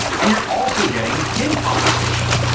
and you're also getting pin conversations,